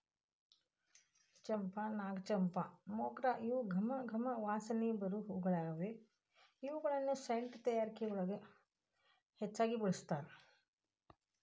ಚಂಪಾ, ನಾಗಚಂಪಾ, ಮೊಗ್ರ ಇವು ಗಮ ಗಮ ವಾಸನಿ ಬರು ಹೂಗಳಗ್ಯಾವ, ಇವುಗಳನ್ನ ಸೆಂಟ್ ತಯಾರಿಕೆಯೊಳಗ ಹೆಚ್ಚ್ ಬಳಸ್ತಾರ